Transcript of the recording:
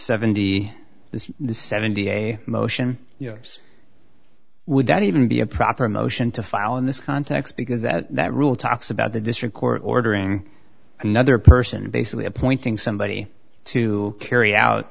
the seventy a motion yes would that even be a proper motion to file in this context because that rule talks about the district court ordering another person basically appointing somebody to carry out